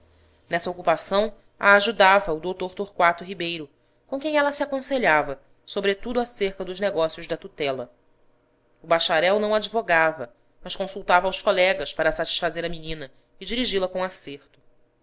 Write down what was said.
nessa ocupação a ajudava o dr torquato ribeiro com quem ela se aconselhava sobretudo acerca dos negócios da tutela o bacharel não advogava mas consultava aos colegas para satisfazer a menina e dirigi la com acerto